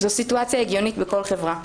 זו סיטואציה הגיונית בכל חברה.